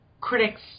critics